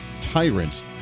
tyrants